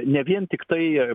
ne vien tiktai